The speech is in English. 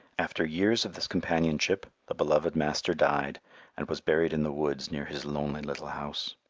after years of this companionship the beloved master died and was buried in the woods near his lonely little house.